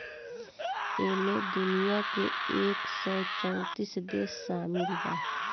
ऐइमे दुनिया के एक सौ चौतीस देश सामिल बा